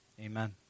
amen